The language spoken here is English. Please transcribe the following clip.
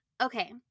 okay